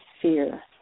fear